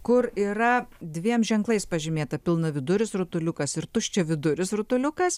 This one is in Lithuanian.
kur yra dviem ženklais pažymėta pilnaviduris rutuliukas ir tuščiaviduris rutuliukas